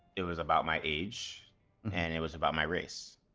it was about my age and it was about my race.